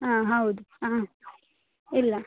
ಹಾಂ ಹೌದು ಇಲ್ಲ